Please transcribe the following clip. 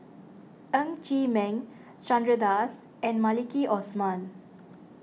Ng Chee Meng Chandra Das and Maliki Osman